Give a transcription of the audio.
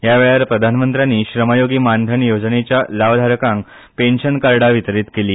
ह्या वेळार प्रधानमंत्र्यानी श्रम योगी मानधन येवजणेच्या लावधारकांक पॅन्शन कार्डां वितरीत केली